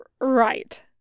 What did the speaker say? right